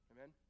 Amen